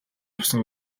явсан